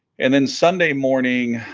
and then sunday morning